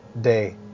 day